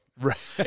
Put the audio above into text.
Right